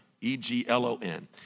E-G-L-O-N